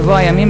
בבוא הימים,